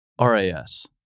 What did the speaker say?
RAS